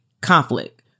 Conflict